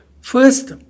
First